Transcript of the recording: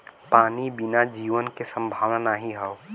पानी बिना जीवन के संभावना नाही हौ